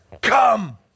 come